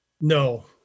No